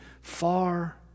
far